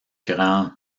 grand